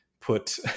put